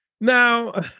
Now